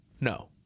No